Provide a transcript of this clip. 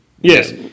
Yes